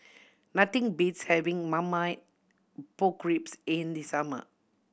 nothing beats having Marmite Pork Ribs in the summer